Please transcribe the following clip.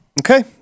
Okay